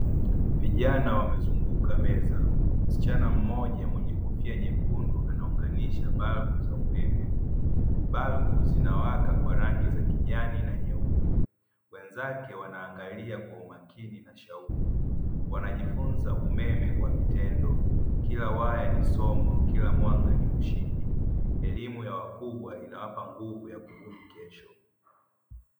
Vijana wamezunguka meza msichana mmoja mwenye kofia nyekundu anaunganisha balbu za umeme. Balbu zinawaka kwa rangi za kijani na nyeupe wenzake wanaangalia kwa umakini na shauku, wanajifunza umeme kwa vitendo kila waya ni somo kila mwanga ni ushindi, elimu ya wakubwa inawapa nguvu ya kubuni kesho.